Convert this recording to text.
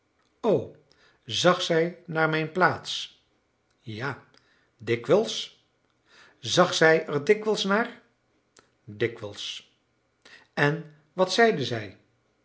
zag zij naar mijn plaats ja dikwijls zag zij er dikwijls naar dikwijls en wat zeide zij